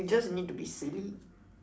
you just need to be silly